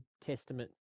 Testament